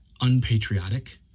unpatriotic